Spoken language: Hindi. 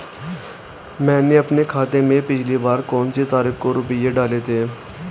मैंने अपने खाते में पिछली बार कौनसी तारीख को रुपये डाले थे?